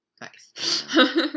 Nice